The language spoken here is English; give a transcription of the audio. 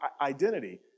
identity